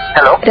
Hello